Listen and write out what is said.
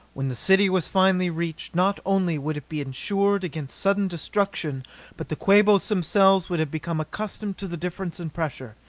when the city was finally reached, not only would it be ensured against sudden destruction but the quabos themselves would have become accustomed to the difference in pressure.